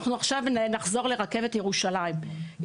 נחזור לרכבת בירושלים,